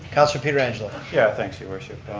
councilor pietrangelo. yeah, thanks your worship.